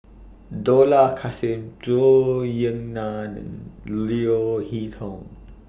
Dollah Kassim Zhou Ying NAN and Leo Hee Tong